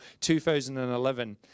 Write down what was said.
2011